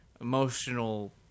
emotional